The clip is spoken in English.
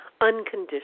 unconditional